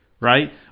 right